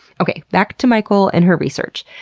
okay, back to mikel and her research.